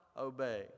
obey